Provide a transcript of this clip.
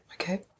okay